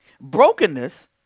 Brokenness